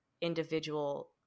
individual